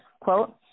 Quote